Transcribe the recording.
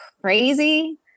crazy